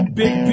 big